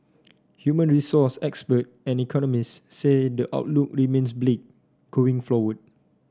human resource expert and economist say the outlook remains bleak going